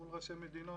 מול ראשי מדינות,